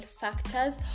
factors